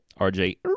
RJ